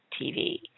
TV